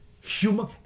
human